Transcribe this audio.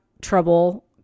trouble